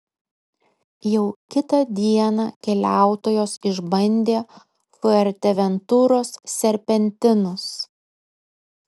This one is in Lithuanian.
jau kitą dieną keliautojos išbandė fuerteventuros serpentinus